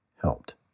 helped